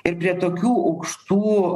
ir prie tokių aukštų